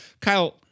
kyle